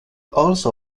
also